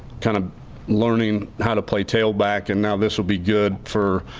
kind of learning how to play tailback and now this will be good for.